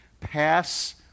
pass